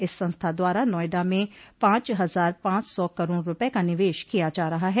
इस संस्था द्वारा नोएडा में पांच हजार पांच सौ करोड़ रूपये का निवेश किया जा रहा है